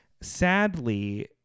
sadly